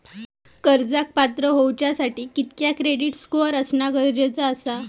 कर्जाक पात्र होवच्यासाठी कितक्या क्रेडिट स्कोअर असणा गरजेचा आसा?